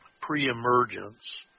pre-emergence